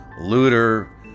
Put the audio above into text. looter